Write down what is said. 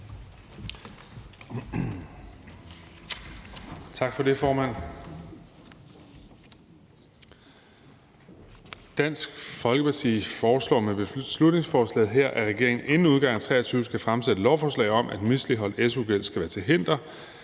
Dansk Folkeparti foreslår med beslutningsforslaget her, at regeringen inden udgangen af 2023 skal fremsætte et lovforslag om, at misligholdt su-gæld skal være til hinder